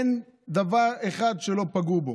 אין דבר אחד שלא פגעו בו.